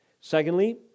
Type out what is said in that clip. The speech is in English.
Secondly